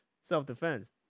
self-defense